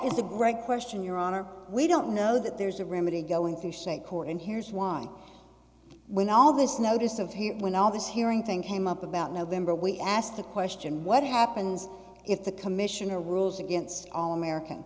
is a great question your honor we don't know that there's a remedy go into shape court and here's why when all this notice of when all this hearing thing came up about november we asked the question what happens if the commissioner rules against all american